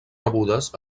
rebudes